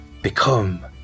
Become